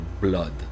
blood